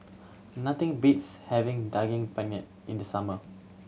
nothing beats having Daging Penyet in the summer